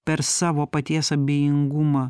per savo paties abejingumą